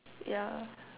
yeah